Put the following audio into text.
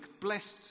blessed